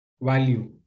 value